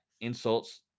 insults